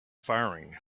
firing